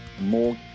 more